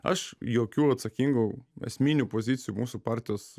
aš jokių atsakingų esminių pozicijų mūsų partijos